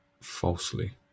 falsely